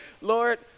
Lord